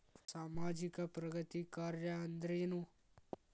ಸಾಮಾಜಿಕ ಪ್ರಗತಿ ಕಾರ್ಯಾ ಅಂದ್ರೇನು?